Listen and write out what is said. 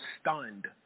stunned